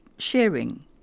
sharing